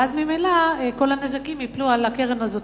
ואז ממילא כל הנזקים ייפלו על הקרן הזו,